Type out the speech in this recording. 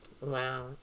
Wow